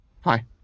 hi